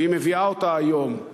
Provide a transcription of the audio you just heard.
והיא מביאה אותה היום.